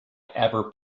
ever